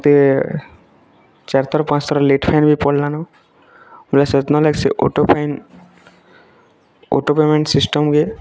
ମୋତେ ଚାରି ଥର୍ ପାଞ୍ଚ ଥର୍ ପଡ଼ିଲାନୁ ସେଦିନ୍ ଲାଗି ସେ ଅଟୋ ଅଟୋ ପେମେଣ୍ଟ ସିଷ୍ଟମ୍ କେ